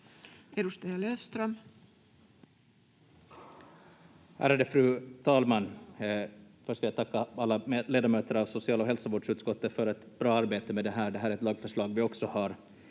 Edustaja Löfström. Ärade fru talman! Först vill jag tacka alla ledamöter av social‑ och hälsovårdsutskottet för ett bra arbete med det här. Det här är ett lagförslag vi också har